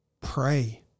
Pray